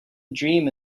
dream